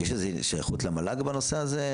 יש איזו שייכות למל"ג בנושא הזה?